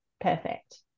perfect